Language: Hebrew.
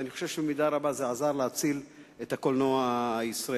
ואני חושב שבמידה רבה זה עזר להציל את הקולנוע הישראלי,